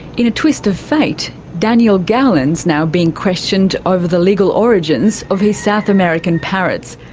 in a twist of fate, daniel gowland's now being questioned over the legal origins of his south american parrots,